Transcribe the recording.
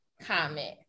comment